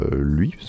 lui